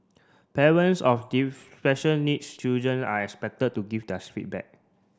parents of special needs children are expected to give feedback